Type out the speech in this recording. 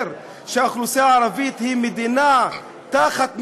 שהאוכלוסייה הערבית היא מדינה תחת מדינה,